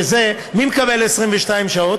ומי מקבלים 22 שעות?